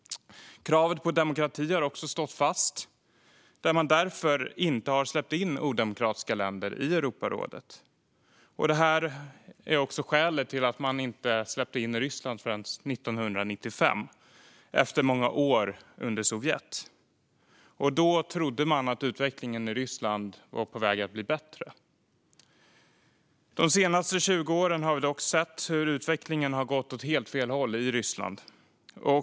Kravet på demokrati har också stått fast, och därför har man inte släppt in odemokratiska länder i Europarådet. Det här är också skälet till att man inte släppte in Ryssland förrän 1995, efter många år under Sovjet. Man trodde då att utvecklingen i Ryssland var på väg att bli bättre. De senaste 20 åren har vi dock sett hur utvecklingen har gått åt helt fel håll i Ryssland.